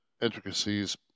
intricacies